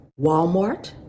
Walmart